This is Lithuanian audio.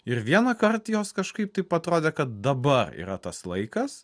ir vienąkart jos kažkaip taip atrodė kad dabar yra tas laikas